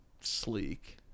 sleek